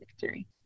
victory